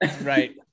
Right